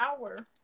hour